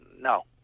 No